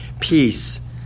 peace